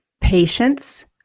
patience